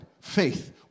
faith